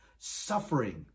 suffering